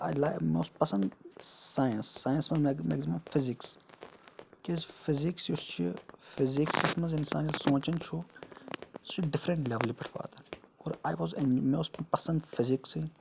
آے لاے مےٚ اوس پَسنٛد ساینٛس ساینٛس منٛز میگ میٚگزِمَم فِزِکٕس کیازِ فِزِکٕس یُس چھُ فِزِکسَس منٛز اِنسان ییٚلہِ سونٛچُن چھُ سُہ چھُ ڈِفرَنٹ لیولہِ پٮ۪ٹھ واتان اور آے واز ایٚنج مےٚ اوس پَسنٛد فِزِکسٕے